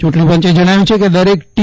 ચૂંટણી પંચે જણાવ્યું છે કે દરેક ટી